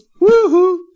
Woohoo